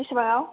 बेसेबाङाव